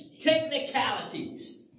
technicalities